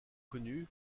connu